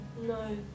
no